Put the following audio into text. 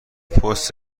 پست